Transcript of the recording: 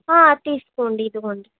ఆ తీసుకోండి ఇదిగోండి